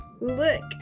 look